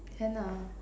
can nah